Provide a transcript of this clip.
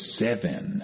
seven